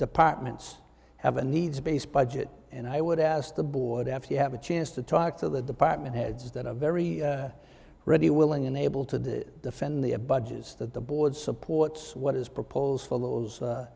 departments have a needs based budget and i would ask the board after you have a chance to talk to the department heads that are very ready willing and able to defend the a budgets that the board supports what is proposed for those